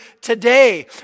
today